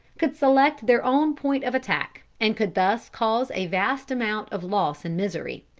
could select their own point of attack, and could thus cause a vast amount of loss and misery.